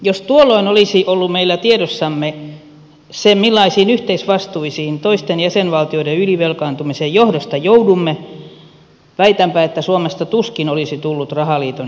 jos tuolloin olisi ollut meillä tiedossamme se millaisiin yhteisvastuisiin toisten jäsenvaltioiden ylivelkaantumisen johdosta joudumme väitänpä että suomesta tuskin olisi tullut rahaliiton jäsentä